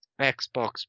Xbox